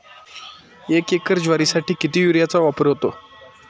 एक एकर ज्वारीसाठी किती युरियाचा वापर होतो?